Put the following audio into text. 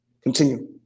Continue